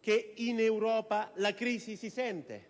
che in Europa la crisi si sente,